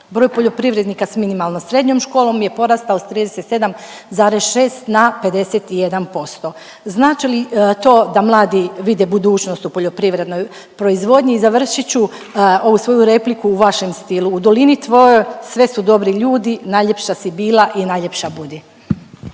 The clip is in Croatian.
Broj poljoprivrednika s minimalno srednjom školom je porastao s 37,6 na 51%. Znači li to da mladi vide budućnost u poljoprivrednoj proizvodnji i završit ću ovu svoju repliku u vašem stilu, u dolini tvojoj sve su dobri ljudi, najljepša si bila i najljepša budi.